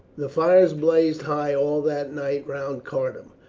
the fires blazed high all that night round cardun.